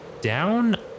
down